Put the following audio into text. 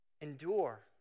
endure